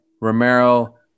Romero